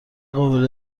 قابل